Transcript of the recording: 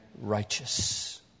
righteous